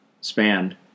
spanned